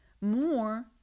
more